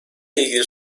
ilgili